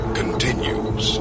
continues